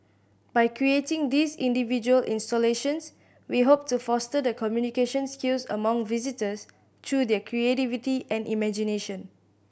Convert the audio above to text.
by creating these individual installations we hope to foster the communication skills among visitors through their creativity and imagination